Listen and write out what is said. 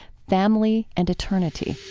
family, and eternity